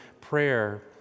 prayer